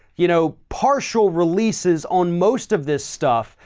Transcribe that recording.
you know partial releases on most of this stuff,